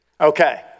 Okay